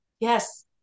yes